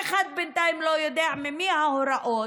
אף אחד בינתיים לא יודע ממי ההוראות,